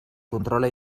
controla